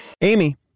amy